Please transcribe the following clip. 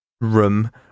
room